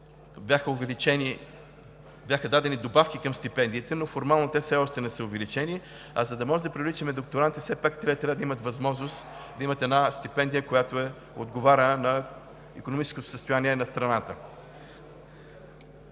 съвет бяха дадени добавки към стипендиите, но формално те все още не са увеличени, а за да може да привличаме докторанти, все пак те трябва да имат възможност да имат стипендия, която отговаря на икономическото състояние на страната.